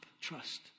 trust